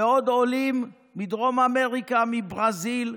ועוד עולים מדרום אמריקה, מברזיל,